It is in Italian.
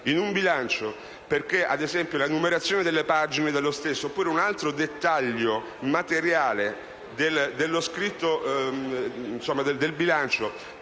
in un bilancio perché, ad esempio, la numerazione delle pagine dello stesso oppure un altro dettaglio materiale del bilancio